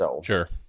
Sure